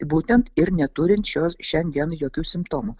būtent ir neturint šios šiandien jokių simptomų